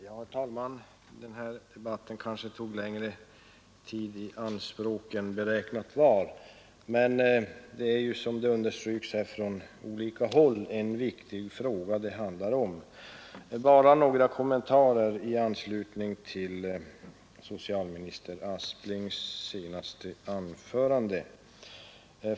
Herr talman! Den här debatten kanske tog längre tid i anspråk än som var beräknat men det är som också understryks från flera håll en viktig fråga. Bara några kommentarer i anslutning till socialminister Asplings senaste anförande!